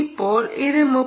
ഇപ്പോൾ ഇത് 3